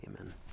Amen